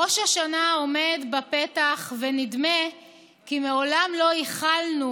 ראש השנה עומד בפתח, ונדמה כי מעולם לא ייחלנו